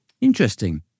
Interesting